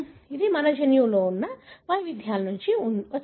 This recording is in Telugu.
ఇది మన జన్యువులో ఉన్న వైవిధ్యాల నుండి వచ్చింది